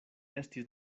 estis